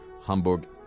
Hamburg